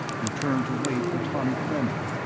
he turned to wait for tommy kendron,